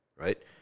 right